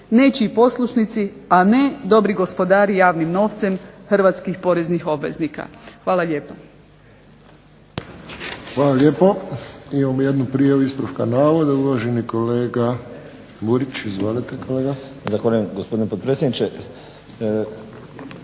nečiji poslušnici, a ne dobri gospodari javnim novcem hrvatskih poreznih obveznika. Hvala lijepa.